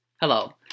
Hello